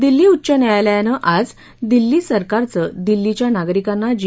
दिल्ली उच्च न्यायालयानं आज दिल्ली सरकारचं दिल्लीच्या नागरिकांना जी